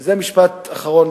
וזה משפט אחרון,